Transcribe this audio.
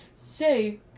say